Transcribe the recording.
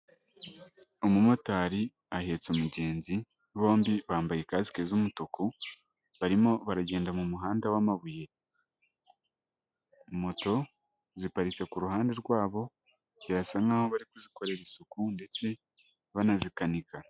Umumotari ahetse umugenzi bombi bambaye kasike z'umutuku barimo baragenda mu muhanda w'amabuye, moto ziparitse ku ruhande rwabo birasa nk'aho bari kuzikorera isuku ndetse banazikanika.